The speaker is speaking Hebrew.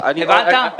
טוב, הבנת?